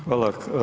Hvala.